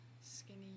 skinny